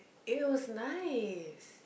it was nice